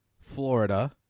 Florida